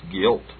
guilt